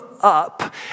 up